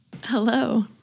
Hello